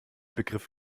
begriff